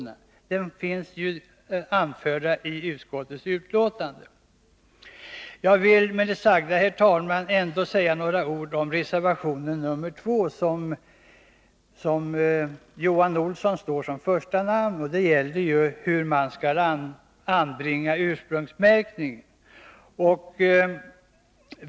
Det finns ju i utskottsbetänkandet. Jag vill ändå säga några ord om reservation 2, med Johan Olsson som första namn. Den gäller ursprungsmärkningen.